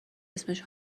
اسمش